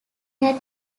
had